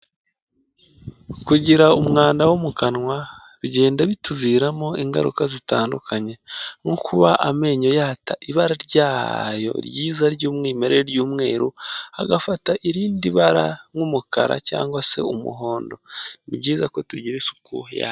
Kugira umwanda wo mu kanwa bigenda bituviramo ingaruka zitandukanye, nko kuba amenyo yata ibara ryayo ryiza ry'umwimerere; ry'umweru, agafata irindi bara nk'umukara cyangwa se umuhondo, ni byiza ko tugira isuku yayo.